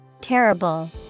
Terrible